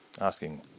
asking